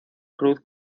cruz